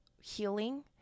healing